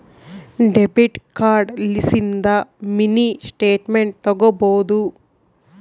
debit card ಲಿಸಿಂದ mini statement ತಕ್ಕೊಬೊದು